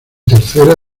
tercera